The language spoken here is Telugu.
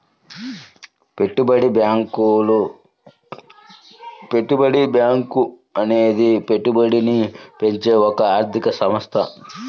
పెట్టుబడి బ్యాంకు అనేది పెట్టుబడిని పెంచే ఒక ఆర్థిక సంస్థ